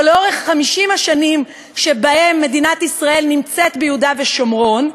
שלאורך 50 השנים שבהן מדינת ישראל נמצאת ביהודה ושומרון,